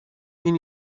این